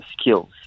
skills